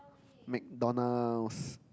McDonalds